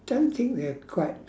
don't think they're quite